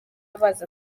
baza